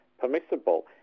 permissible